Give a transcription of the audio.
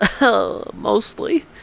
Mostly